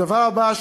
הדבר הבא,